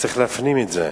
וצריך להפנים את זה.